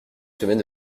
semaine